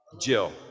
Jill